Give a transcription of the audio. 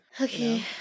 Okay